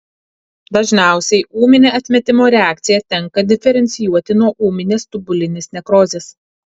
dažniausiai ūminę atmetimo reakciją tenka diferencijuoti nuo ūminės tubulinės nekrozės